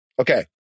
Okay